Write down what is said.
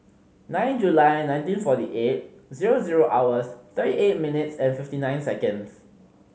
nine July nineteen forty eight zero zero hours thirty eight minutes and fifty nine seconds